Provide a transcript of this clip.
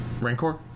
Rancor